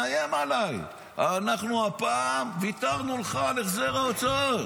מאיים עליי: אנחנו הפעם ויתרנו לך על החזר ההוצאות.